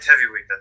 heavyweight